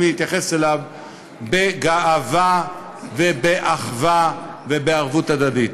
להתייחס אליו בגאווה ובאחווה ובערבות הדדית.